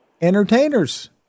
entertainers